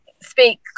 speak